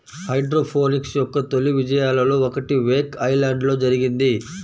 hydroponics యొక్క తొలి విజయాలలో ఒకటి వేక్ ఐలాండ్లో జరిగింది